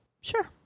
Sure